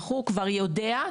כבר יודע,